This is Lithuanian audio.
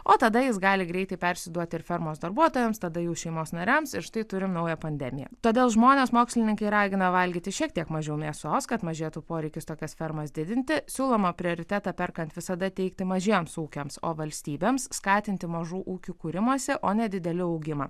o tada jis gali greitai persiduoti ir fermos darbuotojams tada jau šeimos nariams ir štai turime naują pandemiją todėl žmonės mokslininkai ragina valgyti šiek tiek mažiau mėsos kad mažėtų poreikis tokias fermas didinti siūloma prioritetą perkant visada teikti mažiems ūkiams o valstybėms skatinti mažų ūkių kūrimąsi o nedidelių augimą